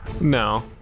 No